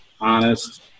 honest